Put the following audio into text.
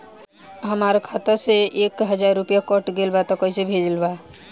हमार खाता से एक हजार रुपया कट गेल बा त कइसे भेल बा?